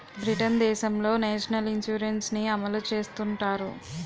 Britain దేశంలో national insurance ని అమలు చేస్తుంటారు